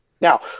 Now